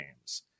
games